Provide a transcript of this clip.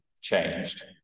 changed